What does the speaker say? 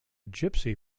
gypsy